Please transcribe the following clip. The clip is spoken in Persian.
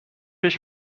بهش